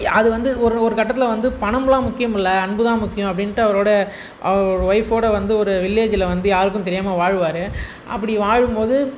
அது வந்து ஒரு ஒரு கட்டத்தில் வந்து பணமெலாம் முக்கியம் இல்லை அன்பு தான் முக்கியம் அப்படின்ட்டு அவரோடய அவர் ஒயிஃப்போடு வந்து ஒரு வில்லேஜில் வந்து யாருக்கும் தெரியாமல் வாழ்வார் அப்படி வாழும் போது